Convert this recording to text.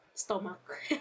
stomach